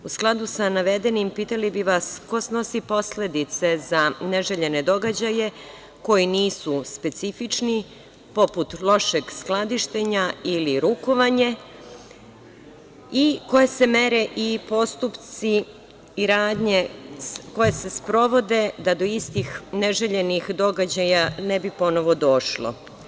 U skladu sa navedenim pitali bi vas – ko snosi posledice za neželjene događaje koji nisu specifični, poput lošeg skladištenja, ili rukovanje, i koje se mere postupci i radnje, koje se sprovode da do istih neželjenih događaja ne bi ponovo došlo.